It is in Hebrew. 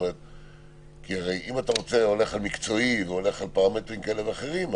אם אתה הולך על מקצועי ועל פרמטרים כאלה ואחרים,